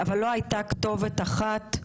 אבל לא הייתה כתובת אחת,